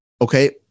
Okay